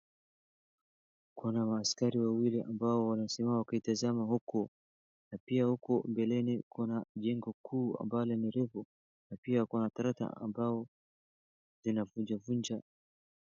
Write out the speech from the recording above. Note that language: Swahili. kuna maskari wawili ambao wamesimama wakitasama uku na pia uko mbeleni kuna jengo kuu ambalo ni refu na pia kuna tractor ambalo linavunjavunja.